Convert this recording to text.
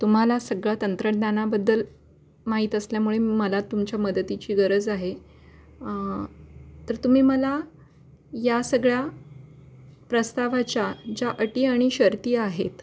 तुम्हाला सगळं तंत्रज्ञानाबद्दल माहीत असल्यामुळे मला तुमच्या मदतीची गरज आहे तर तुम्ही मला या सगळ्या प्रस्तावाच्या ज्या अटी अणि शर्ती आहेत